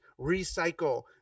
recycle